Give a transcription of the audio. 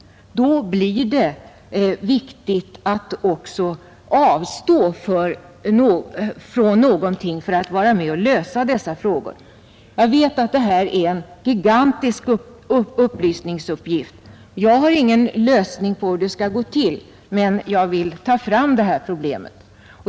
Då blir det viktigt att också avstå från någonting för att vara med och lösa dessa problem. Jag vet att detta är en gigantisk upplysningsuppgift. Jag har ingen lösning som visar hur det skall gå till, men jag vill ta fram detta problem.